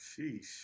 Sheesh